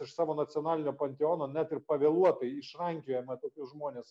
iš savo nacionalinio panteono net ir pavėluotai išrankiojame tokius žmones